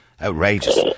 outrageous